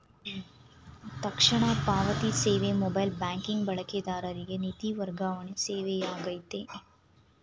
ತಕ್ಷಣ ಪಾವತಿ ಸೇವೆ ಮೊಬೈಲ್ ಬ್ಯಾಂಕಿಂಗ್ ಬಳಕೆದಾರರಿಗೆ ನಿಧಿ ವರ್ಗಾವಣೆ ಸೇವೆಯಾಗೈತೆ